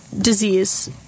disease